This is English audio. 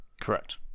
Correct